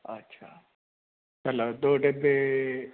ਅੱਛਾ ਡੱਬੇ